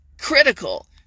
critical